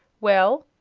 well,